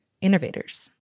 innovators